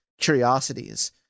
curiosities